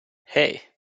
hey